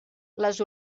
les